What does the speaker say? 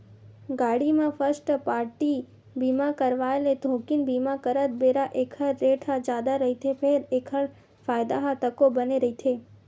गाड़ी म first party बीमा करवाय ले थोकिन बीमा करत बेरा ऐखर रेट ह जादा रहिथे फेर एखर फायदा ह तको बने रहिथे